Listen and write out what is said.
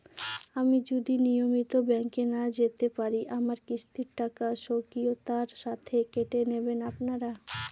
আমি যদি নিয়মিত ব্যংকে না যেতে পারি আমার কিস্তির টাকা স্বকীয়তার সাথে কেটে নেবেন আপনারা?